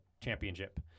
championship